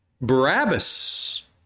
Barabbas